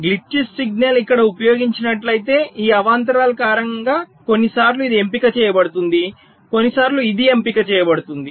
గ్లిట్చి signal ఇక్కడ ఉపయోగించినట్లయితే ఈ అవాంతరాలు కారణంగా కొన్నిసార్లు ఇది ఎంపిక చేయబడుతుంది కొన్నిసార్లు ఇది ఎంపిక చేయబడుతుంది